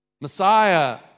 Messiah